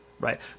right